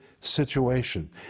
situation